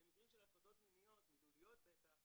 במקרים של הטרדות מיניות, מילוליות בטח,